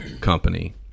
company